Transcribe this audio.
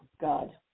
God